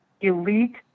elite